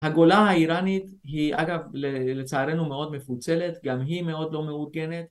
הגולה האיראנית היא אגב לצערנו מאוד מפוצלת, גם היא מאוד לא מאורגנת